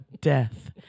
death